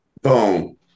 Boom